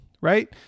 right